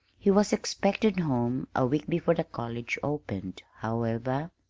he was expected home a week before the college opened, however.